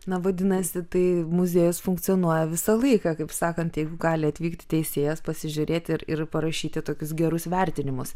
na vadinasi tai muziejus funkcionuoja visą laiką kaip sakant jeigu gali atvykti teisėjas pasižiūrėti ir ir parašyti tokius gerus vertinimus